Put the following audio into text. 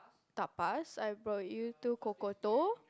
Tapas I brought you to Cocoto